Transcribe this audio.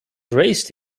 raised